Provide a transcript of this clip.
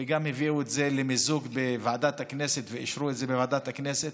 וגם הביאו את זה למיזוג בוועדת הכנסת ואישרו את זה בוועדת הכנסת,